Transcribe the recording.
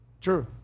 True